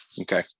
Okay